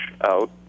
out